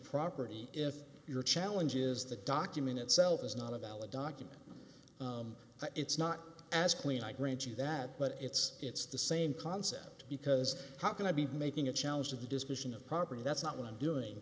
property if your challenge is the document itself is not a valid document it's not as clean i grant you that but it's it's the same concept because how can i be making a challenge to the decision of property that's not what i'm doing